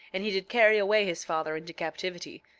and he did carry away his father into captivity,